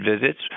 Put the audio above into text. visits